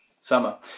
summer